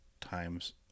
times